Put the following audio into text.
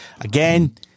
again